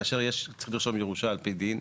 כאשר יש ירושה על פי דין,